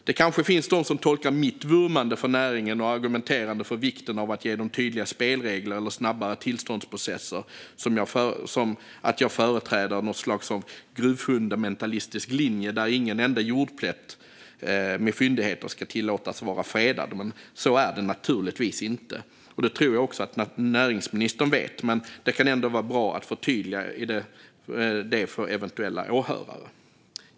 Det kanske finns de som tolkar mitt vurmande för näringen och argumenterande för vikten av att ge den tydliga spelregler eller snabbare tillståndsprocesser som att jag företräder något slags gruvfundamentalistisk linje där ingen enda jordplätt med fyndigheter ska tillåtas vara fredad, men så är det naturligtvis inte. Det tror jag också att näringsministern vet, men det kan ändå vara bra att förtydliga detta för eventuella åhörare.